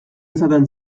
izaten